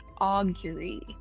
Augury